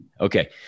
Okay